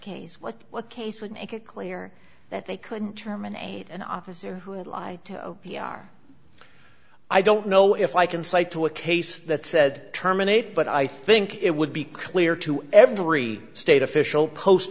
case what what case would make it clear that they couldn't terminate an officer who had lied to a p r i don't know if i can cite to a case that said terminate but i think it would be clear to every state official post